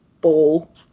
ball